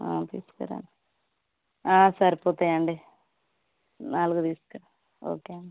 తీసుకర సరిపోతాయండి నాలుగు తీసుకురండి ఓకే అండి